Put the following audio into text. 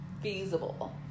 feasible